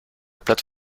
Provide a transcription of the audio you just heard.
plate